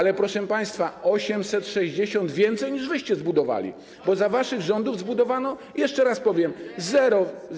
Ale to, proszę państwa, o 860 więcej niż wy zbudowaliście, bo za waszych rządów zbudowano, jeszcze raz powiem, zero.